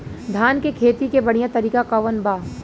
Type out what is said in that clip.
धान के खेती के बढ़ियां तरीका कवन बा?